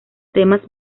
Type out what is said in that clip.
temas